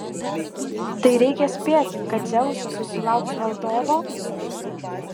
tai reikia spėti kad dzeusas susilauks valdovo